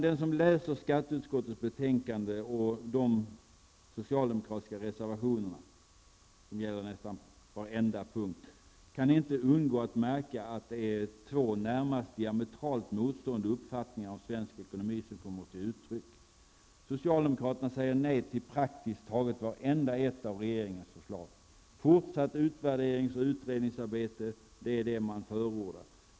Den som läser skatteutskottets betänkande och de socialdemokratiska reservationerna -- sådana finns på nästan varenda punkt -- kan inte undgå att lägga märke till att det är två i det närmaste diametralt motstående uppfattningar om svensk ekonomi som här kommer till uttryck. Socialdemokraterna säger nej till praktiskt taget varenda regeringsförslag. Fortsatt utvärderings och utredningsarbete är vad man förordar.